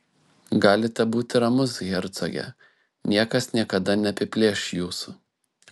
galite būti ramus hercoge niekas niekada neapiplėš jūsų